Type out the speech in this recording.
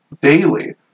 daily